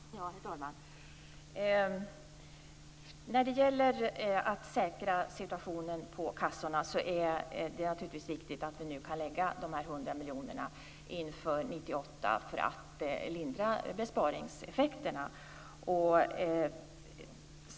Herr talman! När det gäller att säkra situationen på kassorna är det naturligtvis viktigt att vi nu kan lägga de här 100 miljonerna inför 1998 för att lindra besparingseffekterna.